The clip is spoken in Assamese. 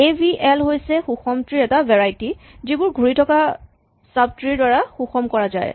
এভিএল হৈছে সুষম ট্ৰী ৰ এটা ভেৰাইটী যিবোৰ ঘূৰি থকা চাব ট্ৰী ৰ দ্বাৰা সুষম কৰা যায়